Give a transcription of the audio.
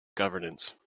governance